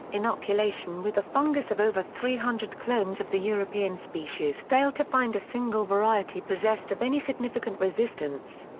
inoculation with the fungus of over three hundred clones of the european species failed to find a single variety possessed of any significant resistance.